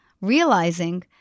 realizing